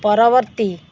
ପରବର୍ତ୍ତୀ